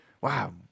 Wow